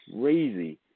crazy